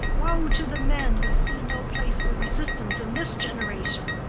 woe to the men who see no place for resistance in this generation!